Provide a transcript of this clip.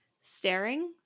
staring